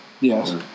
Yes